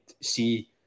see